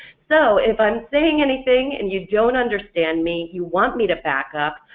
so if i'm saying anything and you don't understand me, you want me to back up,